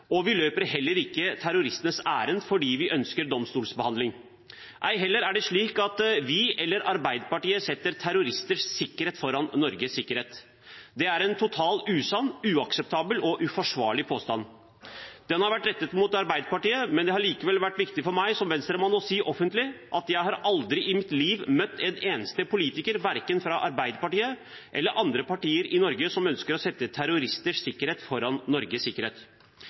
naive. Vi løper heller ikke terroristenes ærend fordi vi ønsker domstolsbehandling. Ei heller er det slik at vi eller Arbeiderpartiet setter terroristers sikkerhet foran Norges sikkerhet. Det er en totalt usann, uakseptabel og uforsvarlig påstand. Den har vært rettet mot Arbeiderpartiet, men det har likevel vært viktig for meg som Venstre-mann å si offentlig at jeg aldri i mitt liv har møtt en eneste politiker, verken fra Arbeiderpartiet eller fra andre partier i Norge, som ønsker å sette terroristers sikkerhet foran Norges sikkerhet.